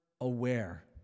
aware